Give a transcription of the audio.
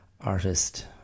artist